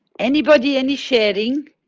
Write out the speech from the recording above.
anybody any sharing?